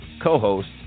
co-host